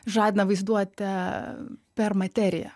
žadina vaizduotę per materiją